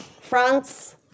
France